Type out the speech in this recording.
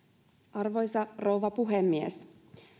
arvoisa rouva puhemies